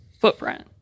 footprint